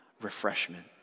refreshment